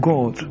God